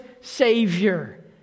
savior